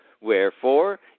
wherefore